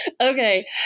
okay